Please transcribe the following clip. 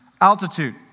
altitude